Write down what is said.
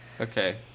Okay